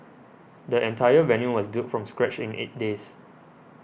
the entire venue was built from scratch in eight days